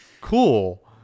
cool